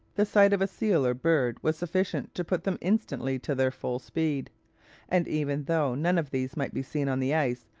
the sight of a seal or bird was sufficient to put them instantly to their full speed and even though none of these might be seen on the ice,